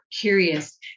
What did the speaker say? curious